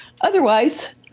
otherwise